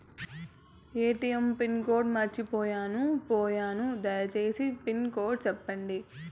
ATM pin code మర్చిపోయాను పోయాను దయసేసి పిన్ కోడ్ సెప్పండి?